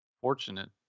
fortunate